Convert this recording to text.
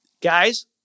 Guys